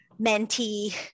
mentee